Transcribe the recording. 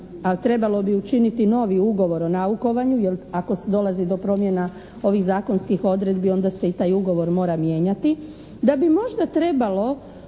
trebalo bi učiniti novi ugovor o naukovanju jer ako dolazi do promjena ovih zakonskih odredbi onda se i taj ugovor mora mijenjati.